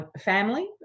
family